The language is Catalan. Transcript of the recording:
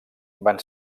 van